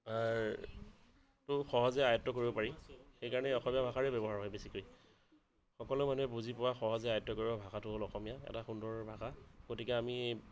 টো সহজে আয়ত্ব কৰিব পাৰি সেইকাৰণে অসমীয়া ভাষাৰেই ব্যৱহাৰ হয় বেছিকৈ সকলো মানুহে বুজি পোৱা সহজে আয়ত্ব কৰিব পৰা ভাষাটো হ'ল অসমীয়া এটা সুন্দৰ ভাষা গতিকে আমি